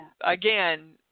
again